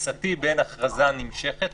תפיסתי בין הכרזה נמשכת,